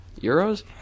Euros